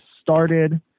started